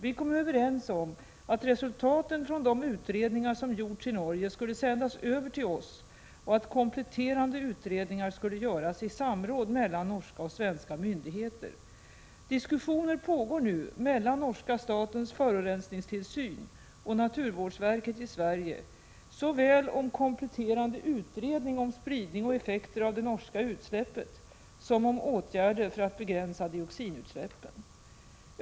Vi kom överens om att resultaten från de utredningar som gjorts i Norge skulle sändas över till oss och att kompletterande utredningar skulle göras i samråd mellan norska och svenska myndigheter. Diskussioner pågår nu mellan norska Statens forurensningstilsyn och naturvårdsverket i Sverige såväl om kompletterande utredning om spridning och effekter av det norska utsläppet som om åtgärder för att begränsa dioxinutsläppen.